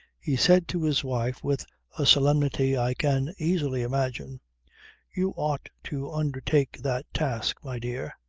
he said to his wife with a solemnity i can easily imagine you ought to undertake that task, my dear.